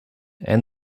and